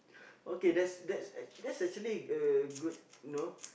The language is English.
okay that's that's that's actually a good you know